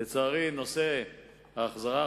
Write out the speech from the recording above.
לצערי נושא ההחזרה,